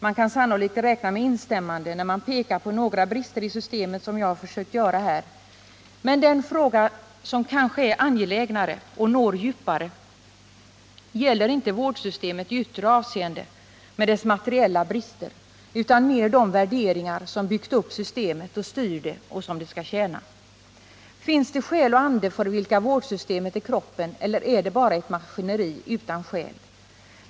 Man kan sannolikt räkna med instämmanden när man pekar på några brister i systemet, som jag har försökt göra här, men den fråga som kanske är angelägnare och når djupare gäller inte vårdsystemet i yttre avseende, med dess materiella brister, utan mera de värderingar som byggt upp systemet och styr det och som det skall tjäna. Finns det en själ och ande för vilka vårdsystemet är kroppen eller är det bara ett maskineri utan själ?